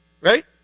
Right